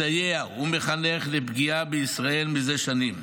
מסייע ומחנך לפגיעה בישראל מזה שנים,